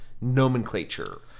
nomenclature